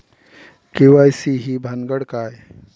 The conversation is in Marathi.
के.वाय.सी ही भानगड काय?